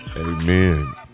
Amen